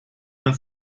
man